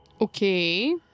okay